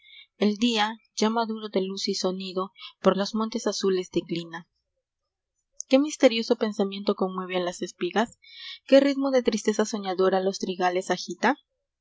el día maduro de luz y sonido eor los montes azules declina qué misterioso pensamiento conmueve a las espigas qué ritmo de tristeza soñadora eos trigales agita